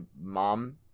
mom